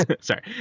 Sorry